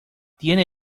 tienen